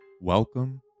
Welcome